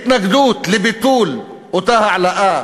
התנגדות לביטול אותה העלאה